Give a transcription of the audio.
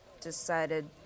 Decided